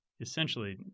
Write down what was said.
essentially